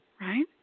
right